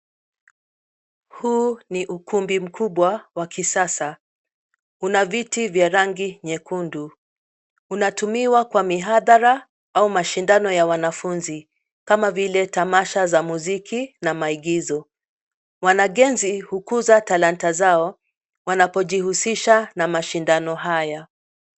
Huu ni ukumbi mkubwa wa kisasa. Una viti vya rangi nyekundu. Unatumiwa kwa mihadhara au mashindano ya wanafunzi kama vile tamasha za muziki na maigizo. Wanagenzi hukuza talanta zao wanapojihusisha na mashindano haya.